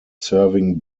serving